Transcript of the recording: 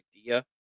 idea